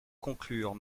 conclure